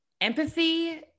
empathy